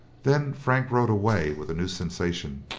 then frank rode away with a new sensation,